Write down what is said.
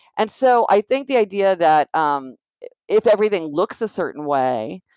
and so i think the idea that um if everything looks a certain way,